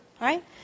Right